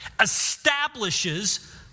establishes